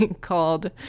called